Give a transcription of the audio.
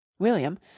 William